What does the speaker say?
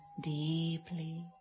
deeply